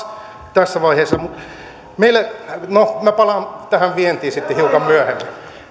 tässä vaiheessa no minä palaan tähän vientiin sitten hiukan myöhemmin